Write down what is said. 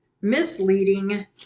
misleading